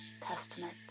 Testament